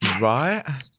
Right